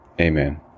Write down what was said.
Amen